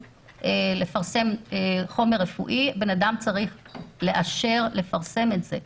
לפרסם חומר רפואי בן אדם צריך לאשר לפרסם את זה.